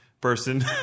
person